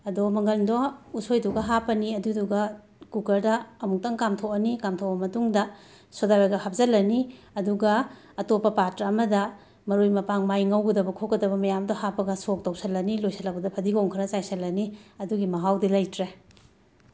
ꯑꯗꯣ ꯃꯪꯒꯟꯗꯣ ꯎꯁꯣꯏꯗꯨꯒ ꯍꯥꯞꯄꯅꯤ ꯑꯗꯨꯗꯨꯒ ꯀꯨꯀꯔꯗ ꯑꯃꯨꯛꯇꯪ ꯀꯥꯝꯊꯣꯛꯑꯅꯤ ꯀꯥꯝꯊꯣꯛꯑ ꯃꯇꯨꯡꯗ ꯁꯣꯗꯥ ꯕꯥꯏꯒꯞ ꯍꯥꯞꯆꯤꯜꯂꯅꯤ ꯑꯗꯨꯒ ꯑꯇꯣꯞꯄ ꯄꯥꯇ꯭ꯔ ꯑꯃꯗ ꯃꯔꯣꯏ ꯃꯄꯥꯡ ꯃꯥꯏ ꯉꯧꯒꯗꯕ ꯈꯣꯠꯀꯗꯕ ꯃꯌꯥꯝꯗꯣ ꯍꯥꯞꯄꯒ ꯁꯣꯛ ꯇꯧꯁꯤꯜꯂꯅꯤ ꯂꯣꯏꯁꯤꯜꯂꯛꯄꯗ ꯐꯗꯤꯒꯣꯝ ꯈꯔ ꯆꯥꯏꯁꯤꯜꯂꯅꯤ ꯑꯗꯨꯒꯤ ꯃꯍꯥꯎꯗꯤ ꯂꯩꯇ꯭ꯔꯦ